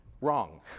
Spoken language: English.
Wrong